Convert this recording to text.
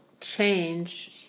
change